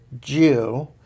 jew